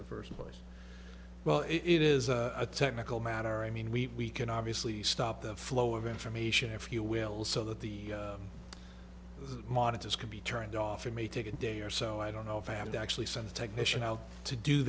the first place well it is a technical matter i mean we can obviously stop the flow of information if you will so that the monitors can be turned off it may take a day or so i don't know if i have to actually send a technician out to do